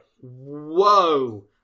whoa